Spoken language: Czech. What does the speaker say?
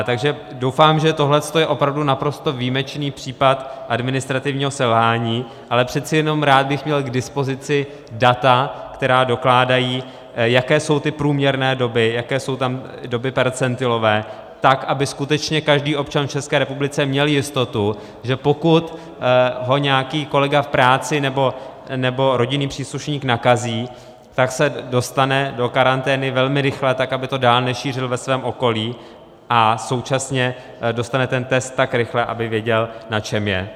Takže doufám, že tohle je opravdu naprosto výjimečný případ administrativního selhání, ale přece jenom bych rád měl k dispozici data, která dokládají, jaké jsou ty průměrné doby, jaké jsou tam doby percentilové, tak aby skutečně každý občan v České republice měl jistotu, že pokud ho nějaký kolega v práci nebo rodinný příslušník nakazí, tak se dostane do karantény velmi rychle, tak aby to dál nešířil ve svém okolí, a současně dostane ten test tak rychle, aby věděl, na čem je.